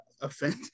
offend